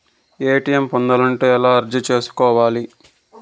ATM పొందాలంటే ఎలా అర్జీ సేసుకోవాలి?